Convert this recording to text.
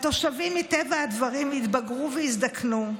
התושבים מטבע הדברים התבגרו והזדקנו.